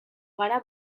gara